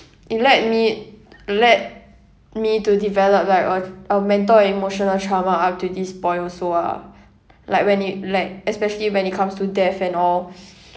it led me led me to develop like a a mental and emotional trauma up to this point also ah like when it like especially when it comes to death and all